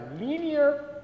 linear